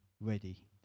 ready